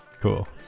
Cool